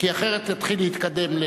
מהמקום, כי אחרת תתחיל להתקדם.